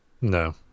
No